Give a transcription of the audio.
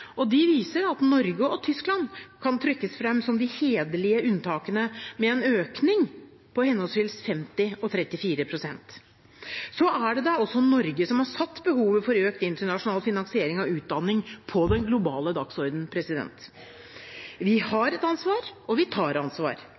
og de viser at Norge og Tyskland kan trekkes fram som de hederlige unntakene, med en økning på henholdsvis 50 pst. og 34 pst. Så er det da også Norge som har satt behovet for økt internasjonal finansiering av utdanning på den globale dagsordenen. Vi har et ansvar – og vi tar ansvar.